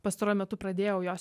pastaruoju metu pradėjau jos